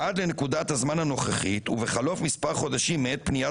עד לנקודת הזמן הנוכחית ובחלוף מספר חודשים מעת פניית